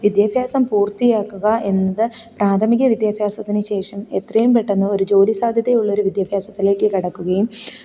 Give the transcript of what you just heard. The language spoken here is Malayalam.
വിദ്യാഭ്യാസം പൂര്ത്തിയാക്കുക എന്നത് പ്രാഥമിക വിദ്യാഭ്യാസത്തിന് ശേഷം എത്രയും പെട്ടന്ന് ഒരു ജോലി സാധ്യതയുള്ളൊരു വിദ്യാഭ്യാസത്തിലേക്ക് കടക്കുകയും